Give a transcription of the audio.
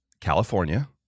California